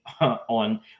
on